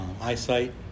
eyesight